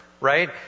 right